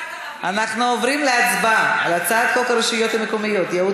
אנחנו עוברים להצבעה על הצעת חוק הרשויות המקומיות (ייעוד